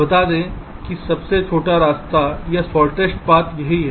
बता दें कि सबसे छोटा रास्ता यही है